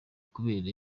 kubera